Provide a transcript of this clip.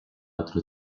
otro